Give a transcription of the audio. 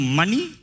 money